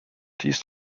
these